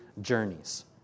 journeys